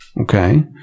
Okay